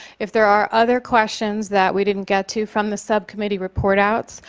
if there are other questions that we didn't get to from the subcommittee report outs,